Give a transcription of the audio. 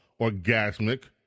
orgasmic